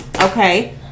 Okay